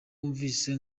wumvise